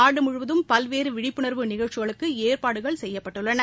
நாடுமுழுவதும் பல்வேறு விழிப்புணர்வு நிகழ்ச்சிகளுக்கு ஏற்பாடுகன் செய்யப்பட்டுள்ளன